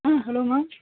ah hello ma'am